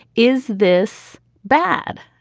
is this bad?